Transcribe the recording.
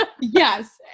Yes